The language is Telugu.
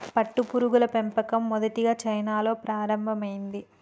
పట్టుపురుగుల పెంపకం మొదటిగా చైనాలో ప్రారంభమైంది